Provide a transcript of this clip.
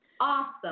awesome